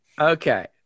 okay